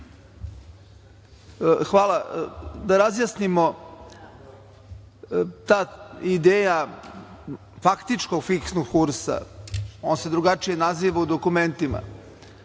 Hvala. Da razjasnimo ta ideja faktičkog fiksnog kursa, on se drugačije naziva u dokumentima,